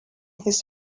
his